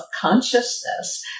consciousness